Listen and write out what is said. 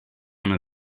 anar